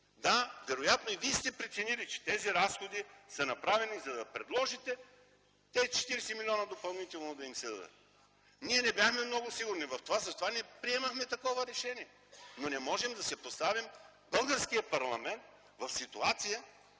Да, вероятно и Вие сте преценили, че тези разходи са направени, за да предложите тези 40 млн. лв. допълнително да им се дадат. Ние не бяхме много сигурни в това, и затова не приемахме такова решение. Но не можем да поставим българския парламент в ситуация,